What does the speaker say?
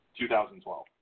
2012